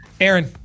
Aaron